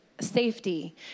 Safety